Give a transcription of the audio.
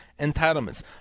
entitlements